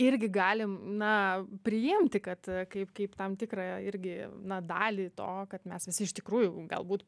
irgi galim na priimti kad kaip kaip tam tikrą irgi dalį to kad mes visi iš tikrųjų galbūt